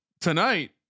tonight